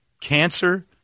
Cancer